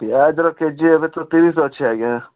ପିଆଜର K G ତ ଏବେ ତିରିଶ ଅଛି ଆଜ୍ଞା